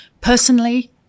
Personally